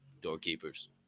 Doorkeepers